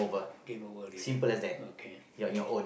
game over already ah okay finish